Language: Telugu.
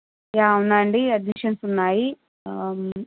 యా ఉన్నాయండి అడ్మిషన్స్ ఉన్నాయి